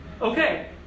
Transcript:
Okay